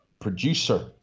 producer